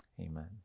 Amen